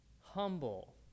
Humble